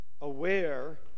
aware